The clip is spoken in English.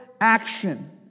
action